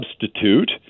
substitute